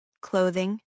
clothing